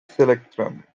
selectmen